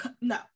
no